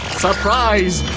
surprise